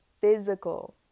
physical